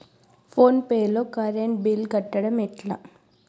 Phone pay లో current bill కట్టడం ఎట్లా?